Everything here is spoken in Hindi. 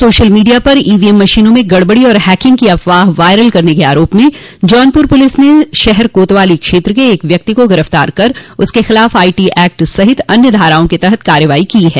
सोशल मीडिया पर ईवीएम मशीनों में गड़बड़ी और हैकिंग की अफवाह वायरल करने के आरोप में जौनप्र पुलिस ने शहर कोतवाली क्षेत्र के एक व्यक्ति को गिरफ्तार कर उसके खिलाफ आईटी एक्ट सहित अन्य धाराओं के तहत कार्रवाई की है